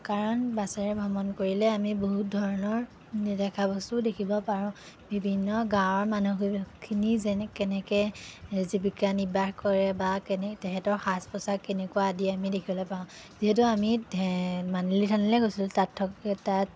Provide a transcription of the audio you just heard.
কাৰণ বাছেৰে ভ্ৰমণ কৰিলে আমি বহুত ধৰণৰ নেদেখা বস্তু দেখিব পাৰোঁ বিভিন্ন গাঁৱৰ মানুহ খিনি যেনে কেনেকৈ জীৱিকা নিৰ্বাহ কৰে বা কেনে তেহেঁতৰ সাজ পোচাক কেনেকুৱা আদি আমি দেখিবলৈ পাওঁ যিহেতু আমি এ মালিনী থানলৈ গৈছিলোঁ তাত থকা তাত